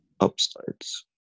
upsides